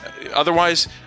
Otherwise